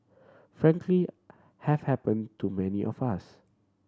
frankly have happen to many of us